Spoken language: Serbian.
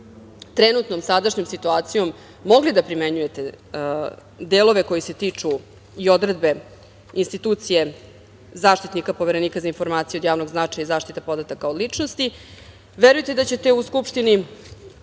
trenutnom, sadašnjom situacijom mogli da primenjujete delove i odredbe koje se tiču institucije Zaštitnika poverenika za informacije od javnog značaja i zaštite podataka o ličnosti, verujte da ćete u Skupštini